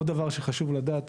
עוד דבר שחשוב לדעת,